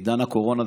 עידן הקורונה,